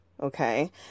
okay